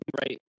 right